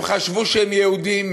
הם חשבו שהם יהודים,